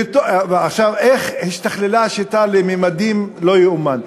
עכשיו, איך השתכללה השיטה לממדים, לא יאומן.